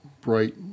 bright